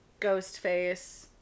Ghostface